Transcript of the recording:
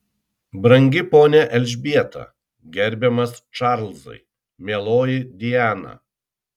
brangi ponia elžbieta gerbiamas čarlzai mieloji diana